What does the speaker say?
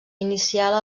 inicial